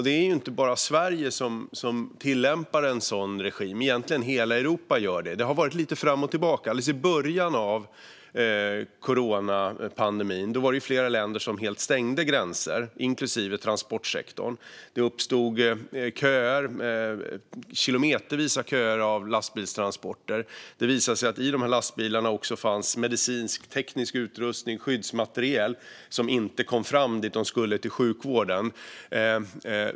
Det är inte bara Sverige som tillämpar en sådan regim, utan det gör egentligen hela Europa. Det har varit lite fram och tillbaka; alldeles i början av coronapandemin var det flera länder som stängde gränserna helt och för alla, inklusive transportsektorn. Det uppstod kilometerlånga köer av lastbilstransporter, och det visade sig att det i dessa lastbilar också fanns medicinskteknisk utrustning och skyddsmateriel som inte kom fram dit det skulle, till sjukvården.